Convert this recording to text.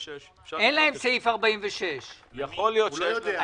46. אין להם אישור לעניין סעיף 46. יכול להיות שיש להם.